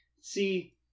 See